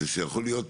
שיכול להיות,